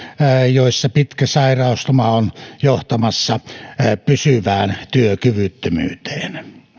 joissa pitkä sairausloma on johtamassa pysyvään työkyvyttömyyteen